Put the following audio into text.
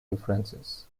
differences